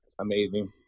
amazing